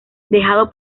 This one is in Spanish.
dejado